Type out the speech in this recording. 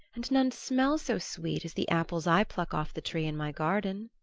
and none smell so sweet, as the apples i pluck off the tree in my garden.